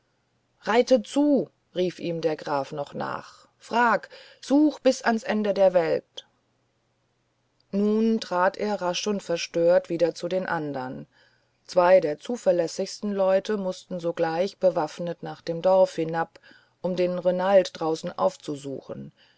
reit zu rief ihm der graf noch nach frag suche bis ans ende der welt nun trat er rasch und verstört wieder zu den andern zwei der zuverlässigsten leute mußten sogleich bewaffnet nach dem dorf hinab um den renald draußen aufzusuchen